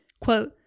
quote